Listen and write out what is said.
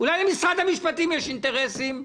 אולי למשרד המשפטים יש אינטרסים?